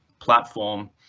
platform